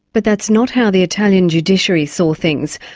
but that's not how the italian judiciary saw things.